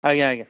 ଆଜ୍ଞା ଆଜ୍ଞା